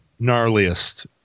gnarliest